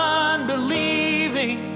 unbelieving